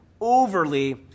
overly